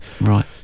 Right